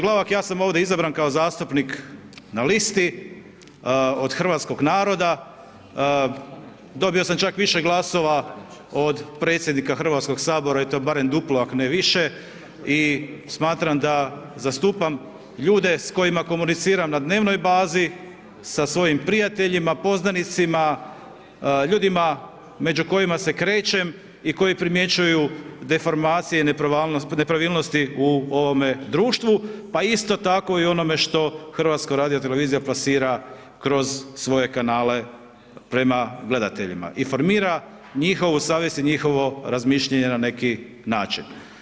Glavak, ja sam ovdje izabran kao zastupnik na listi, od hrvatskog naroda, dobio sam čak više glasova od predsjednika Hrvatskog sabora i to barem duplo ako ne i više i smatram da zastupam ljude s kojima komuniciram na dnevnoj bazi, sa svojim prijateljima, poznanicima, ljudima među kojima se krećem i koji primjećuju deformacije i nepravilnosti u ovome društvu pa isto tako i u onome što HRT plasira kroz svoje kanale prema gledateljima, informira njihovu savjest i njihovo razmišljanje na neki način.